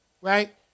Right